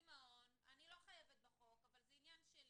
מעון אני לא חייבת בחוק אז זה עניין שלי.